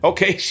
Okay